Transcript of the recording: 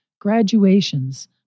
graduations